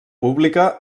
pública